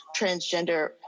transgender